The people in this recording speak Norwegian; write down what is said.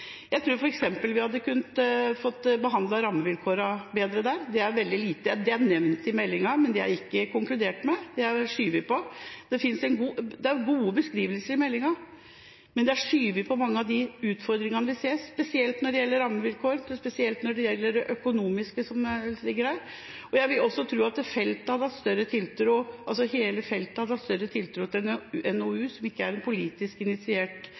Jeg tror f.eks. vi hadde kunnet behandle rammevilkårene bedre der. De er nevnt i meldinga, men det er ikke konkludert der. Det er skjøvet på. Det er gode beskrivelser i meldinga, men det er skjøvet på mange av utfordringene vi ser, spesielt når det gjelder rammevilkår, og spesielt når det gjelder det økonomiske som ligger der. Jeg vil også tro at hele feltet hadde hatt større tiltro til en NOU som ikke er en politisk initiert